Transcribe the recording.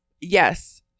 yes